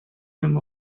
him